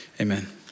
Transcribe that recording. amen